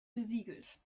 besiegelt